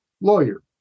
lawyer